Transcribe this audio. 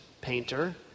painter